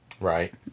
Right